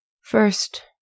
First